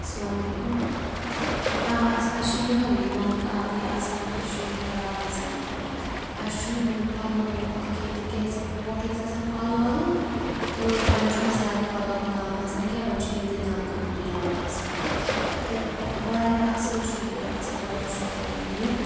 اَسَلامُ علیکُم آ اَسہِ حظ چھِ یِہٕے نلکہٕ آبٕے آسان چھُ یِہٕے آب آسان اَسہِ چھُنہٕ ہُہ کۄلَن وۄلَن ہُنٛد کینٛہہ تِکیٛازِ بروںٛٹھ ٲسۍ آسان کۄلہٕ وۄلہٕ تہٕ وۄنۍ چھُنہٕ زیادٕ کۄلَن ہُنٛد آب آسان کینٛہہ وۄنۍ چھِ یِمنٕے نَلکَن ہُںدُے آب آسان تہٕ واریاہ اَصٕل چھُ یہِ اَصٕل واٹر سَپلاے ہُنٛد یہِ